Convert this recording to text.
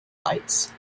lights